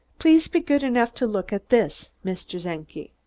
please be good enough to look at this, mr. czenki.